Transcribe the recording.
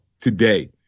today